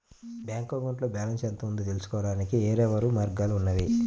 bank అకౌంట్లో balance ఎంత ఉందో తెలుసుకోవడానికి వేర్వేరు మార్గాలు ఉన్నాయి